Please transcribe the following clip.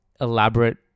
elaborate